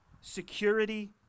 security